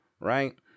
right